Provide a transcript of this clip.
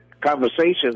conversations